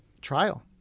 trial